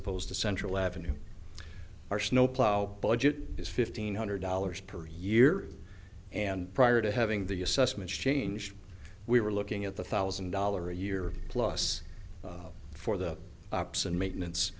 opposed to central avenue our snowplow budget is fifteen hundred dollars per year and prior to having the assessments changed we were looking at the thousand dollar a year plus for the ops and maintenance